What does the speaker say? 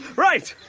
right,